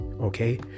okay